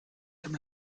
dem